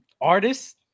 Artist